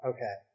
Okay